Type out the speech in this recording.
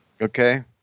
Okay